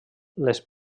les